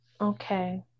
okay